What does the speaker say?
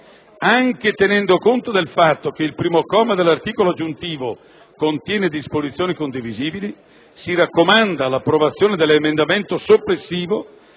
anche tenendo conto del fatto che il primo comma dell'articolo aggiuntivo contiene disposizioni condivisibili, si raccomanda l'approvazione dell'emendamento soppressivo